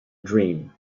dream